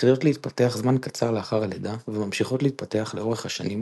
מתחילות להתפתח זמן קצר לאחר הלידה וממשיכות להתפתח לאורך השנים,